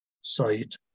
site